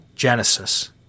Genesis